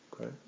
Okay